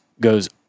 goes